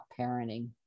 parenting